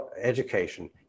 education